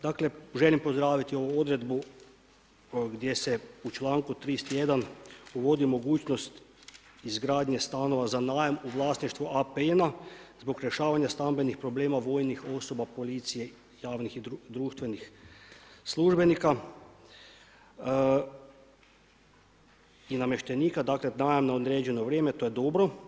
Dakle želim pozdraviti ovu odredbu gdje se u članku 31. uvodi mogućnost izgradnje stanova za najam u vlasništvu APN-a zbog rješavanja stambenih problema vojnih osoba, policije, javnih i društvenih službenika i namještenika, dakle najam na određeno vrijeme, to je dobro.